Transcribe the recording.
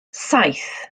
saith